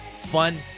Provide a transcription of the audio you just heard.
fun